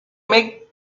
make